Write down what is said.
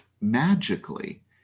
magically